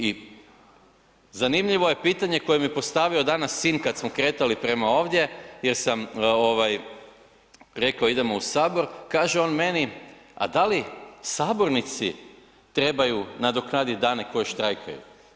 I zanimljivo je pitanje koje mi je postavio danas sin kada smo kretali prema ovdje jer sam rekao idemo u Sabor, kaže on meni a da li sabornici trebaju nadoknaditi dane koje štrajkaju.